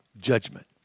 judgment